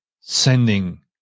sending